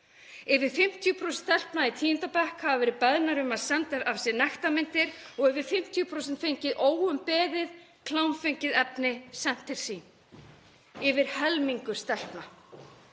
Yfir 50% stelpna í 10. bekk hafa verið beðnar um að senda af sér nektarmyndir og yfir 50% fengið óumbeðið klámfengið efni sent til sín — yfir helmingur stelpna.